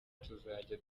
tuzajya